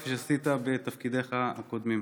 כפי שעשית בתפקידיך הקודמים.